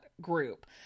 group